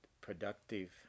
productive